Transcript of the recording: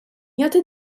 jagħti